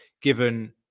given